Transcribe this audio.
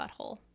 Butthole